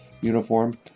uniform